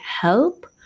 help